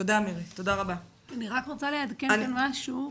תודה רבה, מירי.